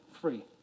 free